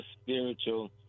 spiritual